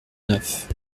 neuf